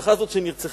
המשפחה הזאת שנרצחה